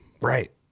Right